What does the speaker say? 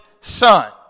son